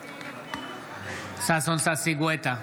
בעד ששון ששי גואטה,